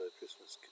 Christmas